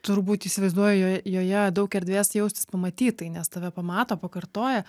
turbūt įsivaizduoji jo joje daug erdvės jaustis pamatytai nes tave pamato pakartoja